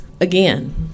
again